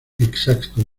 exacto